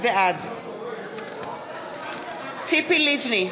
בעד ציפי לבני,